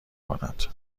کند